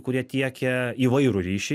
kurie tiekia įvairų ryšį